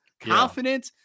Confident